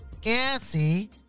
Gassy